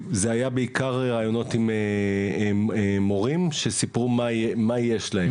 בעיקר ראיונות עם מורים, שסיפרו מה יש להם.